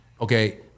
okay